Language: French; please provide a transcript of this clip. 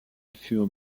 furent